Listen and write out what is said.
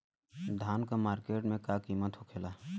धान क मार्केट में का कीमत होखेला?